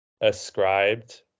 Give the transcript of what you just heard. ascribed